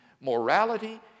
Morality